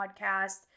podcast